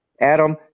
Adam